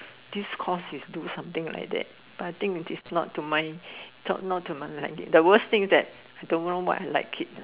this course is do something like that but I think its not to mine liking the worst thing is that I don't know what I like yet